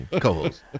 co-host